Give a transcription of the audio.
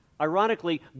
ironically